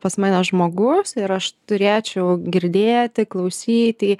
pas mane žmogus ir aš turėčiau girdėti klausyti